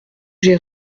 j’ai